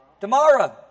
Tomorrow